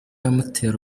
amutera